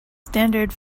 standard